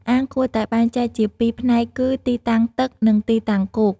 អាងគួរតែបែងចែកជាពីរផ្នែកគឺ ទីតាំងទឹក និង ទីតាំងគោក។